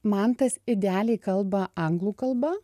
mantas idealiai kalba anglų kalba